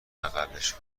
بغلش